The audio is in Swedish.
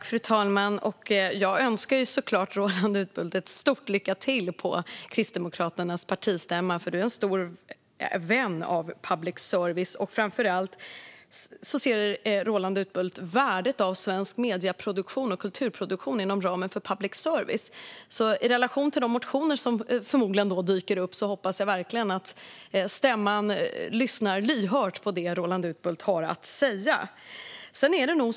Fru talman! Jag önskar såklart Roland Utbult, som är en stor vän av public service, stort lycka till på Kristdemokraternas partistämma. Framför allt ser Roland Utbult värdet av svensk medie och kulturproduktion inom ramen för public service. I relation till de motioner som förmodligen kommer att dyka upp hoppas jag verkligen att stämman lyssnar på det Roland Utbult har att säga.